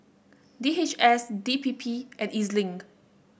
D H S D P P and E Z Link